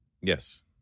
Yes